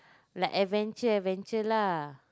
like adventure adventure lah